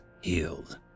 healed